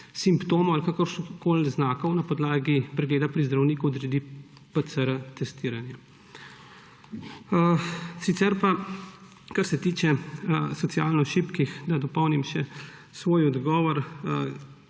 simptomov ali kakršnihkoli znakov na podlagi pregleda pri zdravniku odredi PCR testiranje. Kar se tiče socialno šibkih, da dopolnim še svoj odgovor,